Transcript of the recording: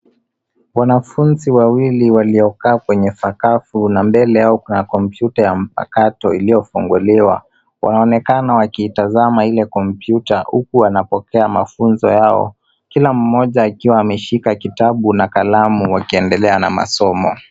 Wanafunzi wawili waliokaa kwenye sakafu na mbele yao kuna kompyuta ya mpakato iliyofunguliwa, wanaonekana wakiitazama ile kompyuta huku wanapokea mafunzo yao kila mmoja akiwa ameshika kitabu na kalamu wakiendelea na masomo.